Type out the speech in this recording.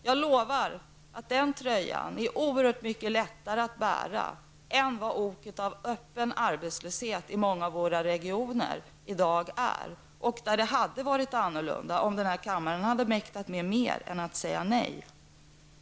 Jag lovar att den tröjan är oerhört mycket lättare att bära än oket av öppen arbetslöshet i många av våra regioner. Där hade det i dag varit annorlunda om den här kammaren hade mäktat med något mera än att säga nej.